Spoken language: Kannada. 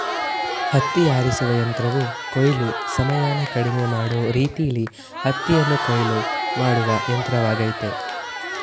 ಹತ್ತಿ ಆರಿಸುವ ಯಂತ್ರವು ಕೊಯ್ಲು ಸಮಯನ ಕಡಿಮೆ ಮಾಡೋ ರೀತಿಲೀ ಹತ್ತಿಯನ್ನು ಕೊಯ್ಲು ಮಾಡುವ ಯಂತ್ರವಾಗಯ್ತೆ